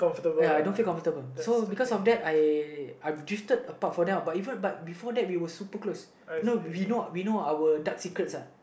ya I don't feel comfortable so because of that I I drifted apart from them uh but even but before that we were super close you know we know our dark secrets uh